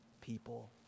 people